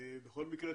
בוקר טוב לכולם.